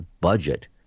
budget